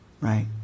Right